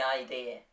idea